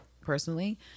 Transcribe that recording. personally